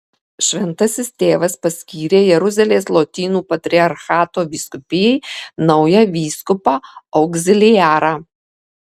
šventasis tėvas paskyrė jeruzalės lotynų patriarchato vyskupijai naują vyskupą augziliarą